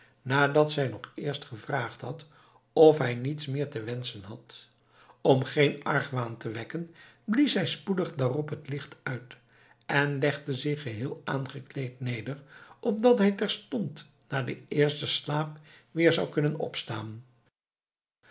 nadat zij nog eerst gevraagd had of hij niets meer te wenschen had om geen argwaan te wekken blies hij spoedig daarop het licht uit en legde zich geheel aangekleed neder opdat hij terstond na den eersten slaap weer zou kunnen opstaan